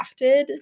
crafted